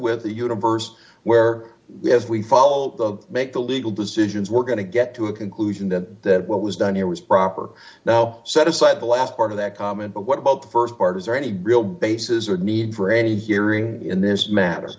with a universe where we as we follow the make the legal decisions we're going to get to a conclusion that what was done here was proper now set aside the last part of that comment but what about the st part is there any real bases or need for any hearing in this